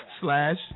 slash